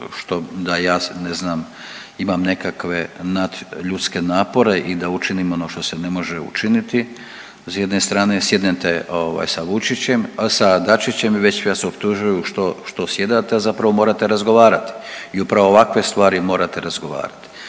ne znam imam nekakve nadljudske napore i da učinim ono što se ne može učiniti. S jedne strane sjednete ovaj sa Vučićim, sa Dačićem i već vas optužuju što, što sjedate, a zapravo morate razgovarati i upravo ovakve stvari morate razgovarati.